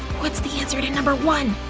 what's the answer to number one?